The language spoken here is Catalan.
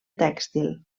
tèxtil